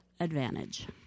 advantage